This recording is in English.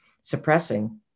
suppressing